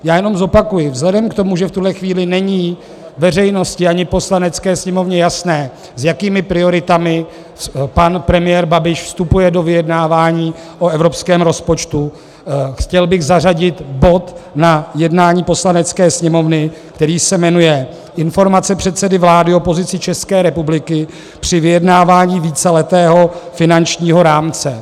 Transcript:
Já jenom zopakuji vzhledem k tomu, že v tuto chvíli není veřejnosti ani Poslanecké sněmovně jasné, s jakými prioritami pan premiér Babiš vstupuje do vyjednávání o evropském rozpočtu, chtěl bych zařadit bod na jednání Poslanecké sněmovny, který se jmenuje Informace předsedy vlády o pozici České republiky při vyjednávání víceletého finančního rámce.